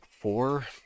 four